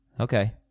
Okay